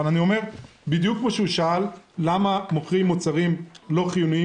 בדיוק כמו שהוא שאל למה מוכרים מוצרים לא חיוניים